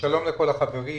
לכל החברים.